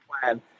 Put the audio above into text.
plan